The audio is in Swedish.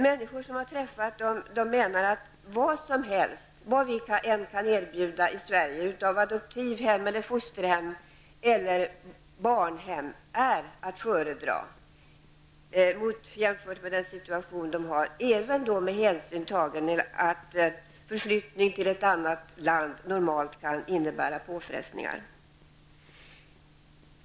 Människor som har träffat dem menar att vad vi än kan erbjuda i Sverige i form av adoptivhem, fosterhem eller barnhem är att föredra framför den situation som de har, även med hänsyn tagen till att förflyttning till ett annat land normalt kan innebära påfrestningar.